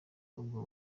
ubwo